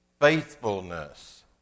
faithfulness